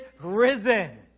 risen